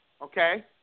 okay